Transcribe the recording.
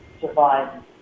survive